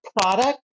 product